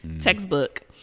textbook